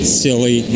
silly